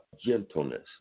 gentleness